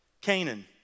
Canaan